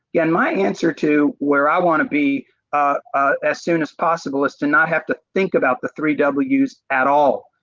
yeah and my answer to where i want to be as soon as possible is to not have to think about the three w's at all.